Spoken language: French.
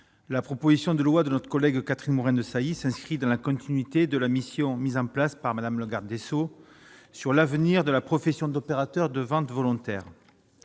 la proposition de loi de notre collègue Catherine Morin-Desailly s'inscrit dans la continuité de la mission mise en place par Madame le garde des Sceaux sur l'avenir de la profession d'opérateurs de vente volontaires